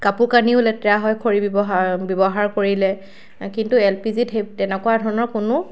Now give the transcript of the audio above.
কাপোৰ কানিও লেতেৰা হয় খৰি ব্যৱহাৰ কৰিলে কিন্তু এল পি জি ত তেনেকুৱা কোনো